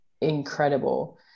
incredible